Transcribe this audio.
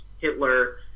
Hitler